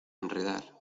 enredar